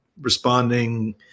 responding